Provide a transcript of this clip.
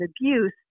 abuse